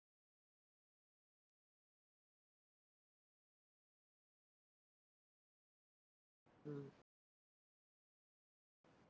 mm